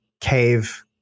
cave